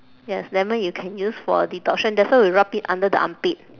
yes lemon you can use for detoxion that's why we rub it under the armpit